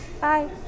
bye